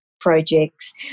projects